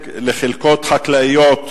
אחרי כן תוסיף ככל אשר יעלה על רוחך.